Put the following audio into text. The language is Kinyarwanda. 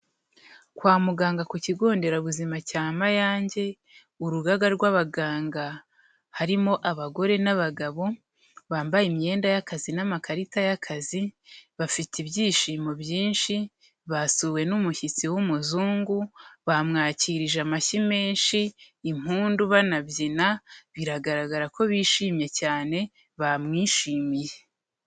Kwa muganga ku kigo nderabuzima cya Mayange, urugaga rw'abaganga, harimo abagore n'abagabo bambaye imyenda y'akazi n'amakarita y'akazi, bafite ibyishimo byinshi, basuwe n'umushyitsi w'Umuzungu, bamwakirije amashyi menshi, impundu banabyina, biragaragara ko bishimye cyane bamwishimiye.